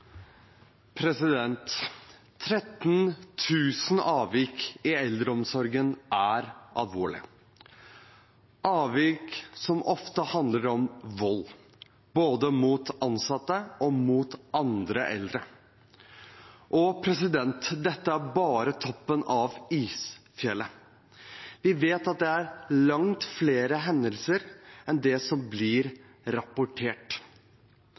13 000 avvik i eldreomsorgen er alvorlig – avvik som ofte handler om vold, både mot ansatte og mot andre eldre. Og dette er bare toppen av isfjellet. Vi vet at det er langt flere hendelser enn det som blir rapportert.